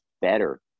better